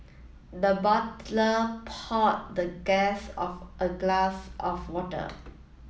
the butler poured the guest of a glass of water